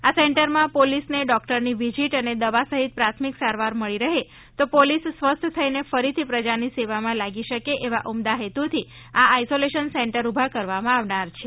આ સેન્ટરમાં પોલીસને ડોકટરની વિઝીટ અને દવા સહિત પ્રાથમિક સારવાર મળી રહે તો પોલીસ સ્વસ્થ થઇને ફરીથી પ્રજાની સેવામાં લાગી શકે એવા ઉમદા હેતુથી આ આઇસોલેશન સેન્ટર ઉભા કરવામાં આવનાર છે